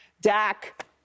Dak